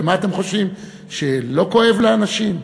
ומה אתם חושבים, שלא כואב לאנשים?